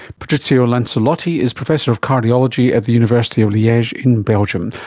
patrizio lancellotti is professor of cardiology at the university of liege in belgium.